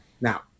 now